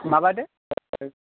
माबादो